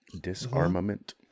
disarmament